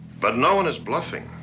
but no one is bluffing.